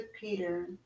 Peter